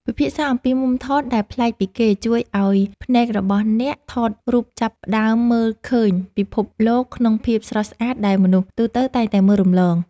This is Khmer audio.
ពិភាក្សាអំពីមុំថតដែលប្លែកពីគេជួយឱ្យភ្នែករបស់អ្នកថតរូបចាប់ផ្តើមមើលឃើញពិភពលោកក្នុងភាពស្រស់ស្អាតដែលមនុស្សទូទៅតែងតែមើលរំលង។